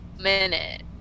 minute